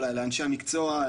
לאנשי המקצוע,